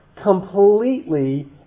completely